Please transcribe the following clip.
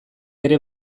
ere